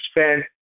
spend